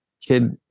kid